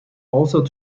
also